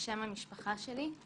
בשם המשפחה שלי,